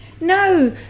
No